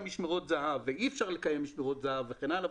משמרות זה"ב ואי אפשר לקיים משמרות זה"ב וכן הלאה,